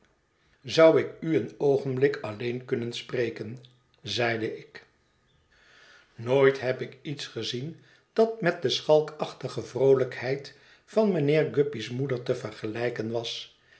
zou ik u een oogenblik alleen kunnen spreken zeide ik nooit heb ik iets gezien dat met de schalkachtige vroolijkheid van mijnheer guppy's moeder te vergelijken was